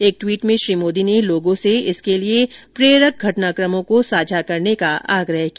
एक ट्वीट में श्री मोदी ने लोगों से इसके लिए प्रेरक घटनाक्रमों को साझा करने का आग्रह किया